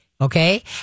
Okay